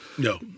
No